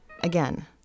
Again